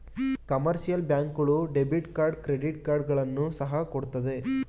commercial bank ಗಳು debit card credit ಕಾರ್ಡ್ಗಳನ್ನು ಸಹ ಕೊಡುತ್ತೆ